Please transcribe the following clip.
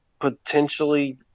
potentially